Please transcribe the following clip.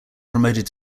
promoted